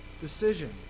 decision